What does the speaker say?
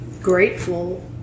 grateful